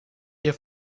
ihr